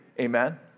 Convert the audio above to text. Amen